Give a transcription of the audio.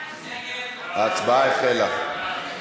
ההצבעה החלה.